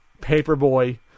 Paperboy